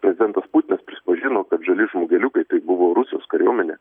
prezidentas putinas prisipažino kad žali žmogeliukai tai buvo rusijos kariuomenė